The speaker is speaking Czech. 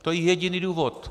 To je jediný důvod.